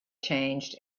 changed